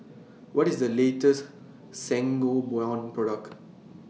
What IS The latest Sangobion Product